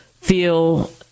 feel